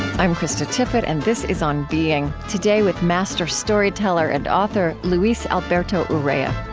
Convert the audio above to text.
i'm krista tippett and this is on being. today with master storyteller and author luis alberto urrea